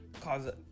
cause